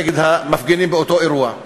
נגד המפגינים באותו אירוע,